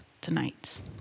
tonight